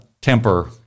temper